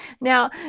Now